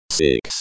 six